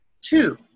Two